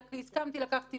הסכמתי לקחתי,